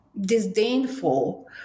disdainful